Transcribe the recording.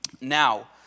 Now